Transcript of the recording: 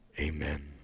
Amen